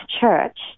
church